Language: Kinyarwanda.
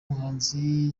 muhanzi